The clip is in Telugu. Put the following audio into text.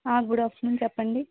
గుడ్ ఆఫ్టర్నూన్ చెప్పండి